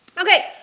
okay